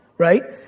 right?